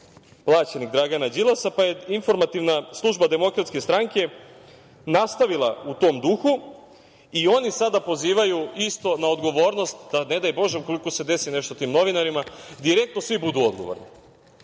plaćenik Dragana Đilasa, pa je informativna služba DS nastavila u tom duhu i oni sada pozivaju isto na odgovornost da, ne daj Bože, ukoliko se desi nešto tim novinarima, direktno svi budu odgovorni. Da